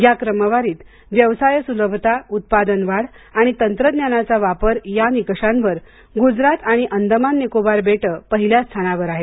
या क्रमवारीत व्यवसाय सुलभता उत्पादन वाढ आणि तंत्रज्ञानाचा वापर या निकषांवर गुजरात आणि अंदमान निकोबार बेटं पहिल्या स्थानावर आहेत